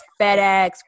FedEx